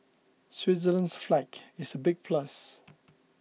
Switzerland's flag is a big plus